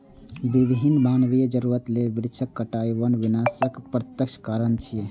विभिन्न मानवीय जरूरत लेल वृक्षक कटाइ वन विनाशक प्रत्यक्ष कारण छियै